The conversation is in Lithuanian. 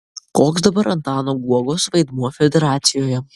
koks dabar antano guogos vaidmuo federacijoje